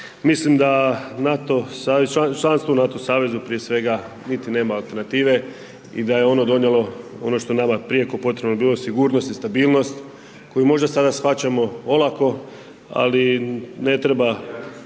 mislim da članstvo u NATO savezu prije svega nema niti alternative i da je ono donijelo ono što nama prijeko je potrebno bilo sigurnost i stabilnost koju možda sada shvaćamo olako, ali ne treba